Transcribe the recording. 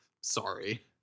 Sorry